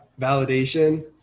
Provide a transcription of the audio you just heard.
validation